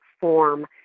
form